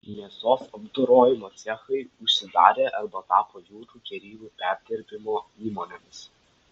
mėsos apdorojimo cechai užsidarė arba tapo jūrų gėrybių perdirbimo įmonėmis